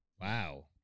Wow